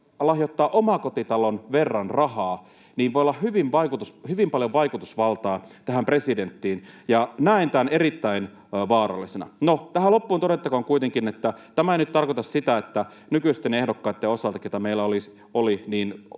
lahjoittaa omakotitalon verran rahaa, voi olla hyvin paljon vaikutusvaltaa tähän presidenttiin, ja näen tämän erittäin vaarallisena. No, tähän loppuun todettakoon kuitenkin, että tämä ei nyt tarkoita sitä, että nykyisten ehdokkaitten osalta, keitä meillä oli,